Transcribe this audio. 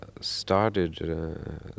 started